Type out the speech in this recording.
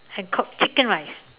and cook chicken rice